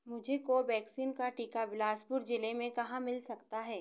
मुझे कोवैक्सीन का टीका बिलासपुर ज़िले में कहाँ मिल सकता है